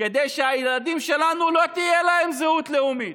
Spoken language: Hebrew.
כדי שלילדים שלנו לא תהיה זהות לאומית,